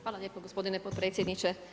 Hvala lijepo gospodine potpredsjedniče.